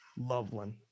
Loveland